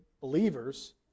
believers